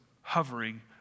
hovering